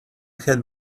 had